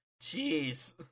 Jeez